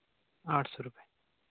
आठ सौ रुपये